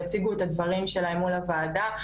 יציגו את הדברים שלהם מול הוועדה,